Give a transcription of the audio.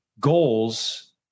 Goals